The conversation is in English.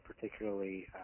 particularly